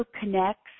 connects